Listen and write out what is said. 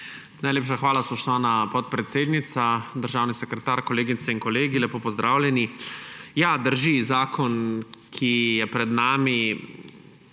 Najlepša hvala, spoštovana podpredsednica. Državni sekretar, kolegice in kolegi, lepo pozdravljeni! Ja, drži, zakon, ki je pred nami